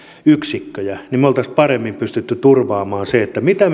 yksikköjä niin me olisimme paremmin pystyneet turvaamaan sen mitä